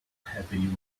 heavy